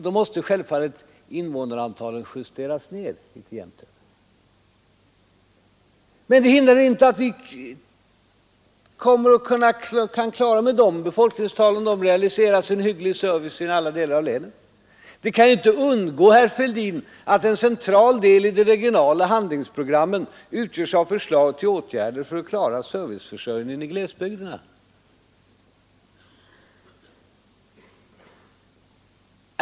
Då måste självfallet invånarantalet justeras ned. Men det hindrar inte att vi även med de befolkningstalen kan klara en hygglig service i alla delar av länen. Det kan inte ha undgått herr Fälldin att en central del i de regionala handlingsprogrammen utgörs av förslag till åtgärder för att klara serviceförsörjningen i glesbygderna.